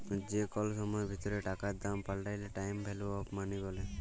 যে কল সময়ের ভিতরে টাকার দাম পাল্টাইলে টাইম ভ্যালু অফ মনি ব্যলে